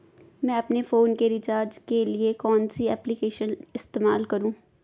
मैं अपने फोन के रिचार्ज के लिए कौन सी एप्लिकेशन इस्तेमाल करूँ?